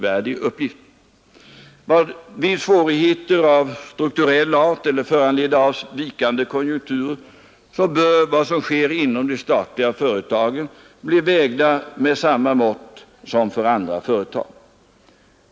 Vid svårigheter av strukturell art eller föranledda av vikande konjunkturer bör de statliga företagen bli mätta med samma mått som andra företag.